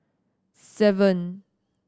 seven